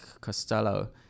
Costello